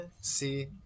See